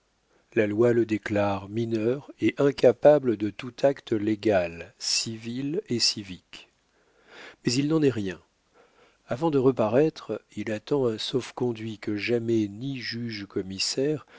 la loi le déclare mineur et incapable de tout acte légal civil et civique mais il n'en est rien avant de reparaître il attend un sauf-conduit que jamais ni juge commissaire